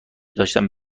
داشتن